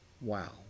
Wow